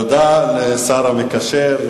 תודה לשר המקשר,